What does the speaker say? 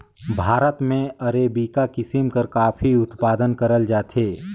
भारत में अरेबिका किसिम कर काफी उत्पादन करल जाथे